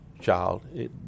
child